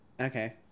okay